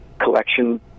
collection